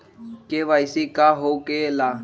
KYC का हो के ला?